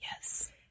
Yes